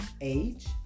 age